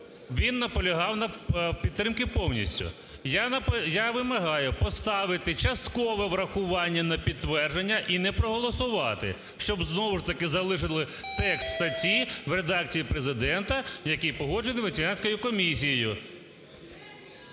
Він наполягав на підтримці повністю. Я вимагаю поставити часткове врахування на підтвердження і не проголосувати, щоб знову ж таки, залишили текст статті в редакції Президента, який погоджений Венеціанською комісією.